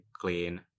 clean